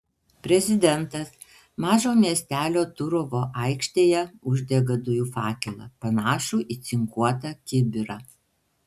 prezidentas mažo miestelio turovo aikštėje uždega dujų fakelą panašų į cinkuotą kibirą